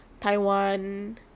Taiwan